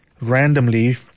randomly